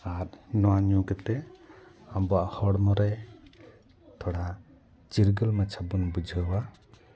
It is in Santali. ᱟᱨ ᱱᱚᱣᱟ ᱧᱩ ᱠᱟᱛᱮ ᱟᱵᱚᱭᱟᱜ ᱦᱚᱲᱢᱚ ᱨᱮ ᱛᱷᱚᱲᱟ ᱪᱤᱨᱜᱟᱹᱞ ᱢᱟᱪᱷᱟ ᱵᱚᱱ ᱵᱩᱡᱷᱟᱹᱣᱟ